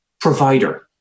provider